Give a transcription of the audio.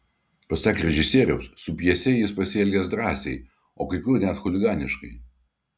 pasak režisieriaus su pjese jis pasielgęs drąsiai o kai kur net chuliganiškai